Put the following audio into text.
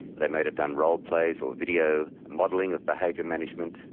they may have done role plays or video modelling of behaviour management,